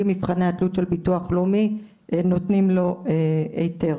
מבחני התלות של ביטוח לאומי נותנים לו היתר.